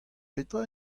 petra